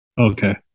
Okay